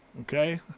okay